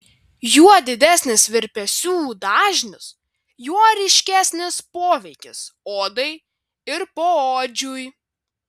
juo didesnis virpesių dažnis juo ryškesnis poveikis odai ir poodžiui